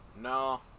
No